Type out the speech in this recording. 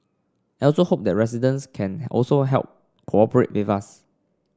I also hope that residents can also help cooperate with us